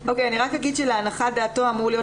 אני רק אומר ש"להנחת דעתו" אמור להיות